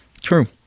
True